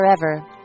forever